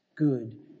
Good